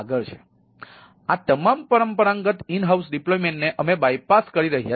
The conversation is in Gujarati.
તેથી આ તમામ પરંપરાગત ઇનહાઉસ ડિપ્લોયમેન્ટ ને અમે બાયપાસ કરી રહ્યા છે